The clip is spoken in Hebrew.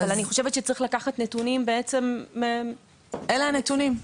אבל אני חושבת שצריך לקחת נתונים בעצם --- אלה הנתונים.